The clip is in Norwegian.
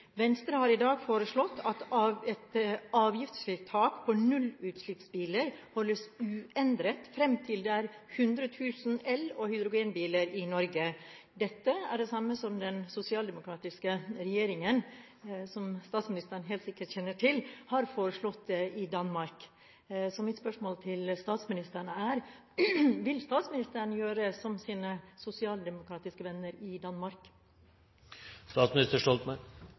Venstre har i dag foreslått at et avgiftsfritt tak på nullutslippsbiler holdes uendret fram til det er 100 000 el- og hydrogenbiler i Norge. Dette er det samme som den sosialdemokratiske regjeringen i Danmark har foreslått, som statsministeren helt sikkert kjenner til. Mitt spørsmål til statsministeren er: Vil statsministeren gjøre som sine sosialdemokratiske venner i Danmark?